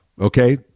okay